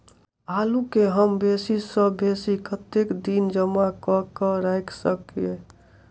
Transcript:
आलु केँ हम बेसी सऽ बेसी कतेक दिन जमा कऽ क राइख सकय